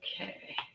Okay